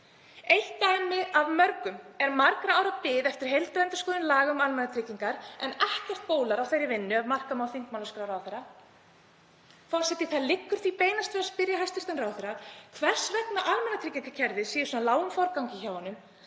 Eitt dæmi af mörgum er margra ára bið eftir heildarendurskoðun laga um almannatryggingar, en ekkert bólar á þeirri vinnu, ef marka má þingmálaskrá ráðherra. Forseti. Það liggur því beinast við að spyrja hæstv. ráðherra hvers vegna almannatryggingakerfið sé í svona lágum forgangi hjá honum.